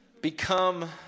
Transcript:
Become